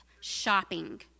shopping